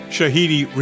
Shahidi